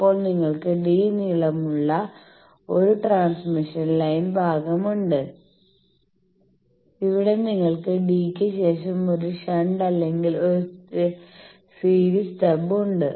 അപ്പോൾ നിങ്ങൾക്ക് d നീളമുള്ള ഒരു ട്രാൻസ്മിഷൻ ലൈൻ ഭാഗമുണ്ട് ഇവിടെ നിങ്ങൾക്ക് d ക്ക് ശേഷം ഒരു ഷണ്ട് അല്ലെങ്കിൽ ഒരു സീരീസ് സ്റ്റബ്ഉണ്ട്